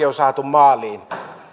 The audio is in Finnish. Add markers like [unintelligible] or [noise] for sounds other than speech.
[unintelligible] on saatu maaliin